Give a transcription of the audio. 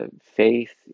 faith